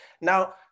Now